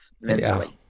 mentally